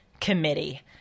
committee